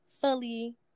fully